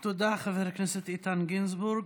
תודה, חבר הכנסת איתן גינזבורג.